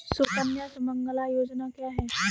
सुकन्या सुमंगला योजना क्या है?